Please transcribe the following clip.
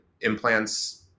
Implants